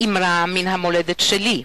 אמרה מן המולדת שלי,